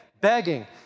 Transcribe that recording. begging